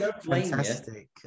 Fantastic